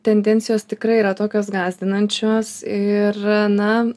tendencijos tikrai yra tokios gąsdinančios ir na